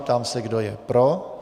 Ptám se, kdo je pro.